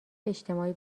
اجتماعی